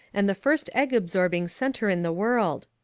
and the first egg-absorbing centre in the world.